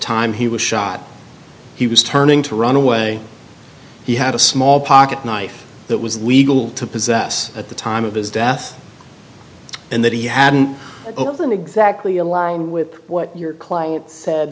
time he was shot he was turning to run away he had a small pocket knife that was legal to possess at the time of his death and that he hadn't been exactly align with what your client